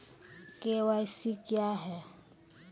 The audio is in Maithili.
के.वाई.सी क्या हैं?